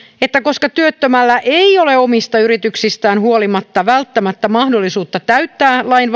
että koska työttömällä ei ole omista yrityksistään huolimatta välttämättä mahdollisuutta täyttää lain